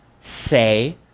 say